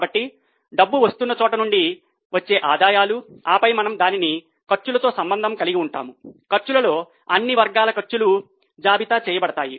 కాబట్టి డబ్బు వస్తున్న చోట నుండి వచ్చే ఆదాయాలు ఆపై మనము దానిని ఖర్చులతో సంబంధం కలిగి ఉంటాము ఖర్చులలో అన్ని వర్గాల ఖర్చులు జాబితా చేయబడతాయి